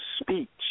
speech